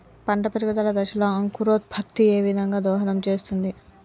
పంట పెరుగుదల దశలో అంకురోత్ఫత్తి ఏ విధంగా దోహదం చేస్తుంది?